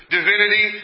Divinity